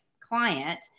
client